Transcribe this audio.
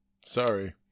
Sorry